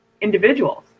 individuals